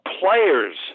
players